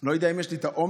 אני לא יודע אם יש לי האומץ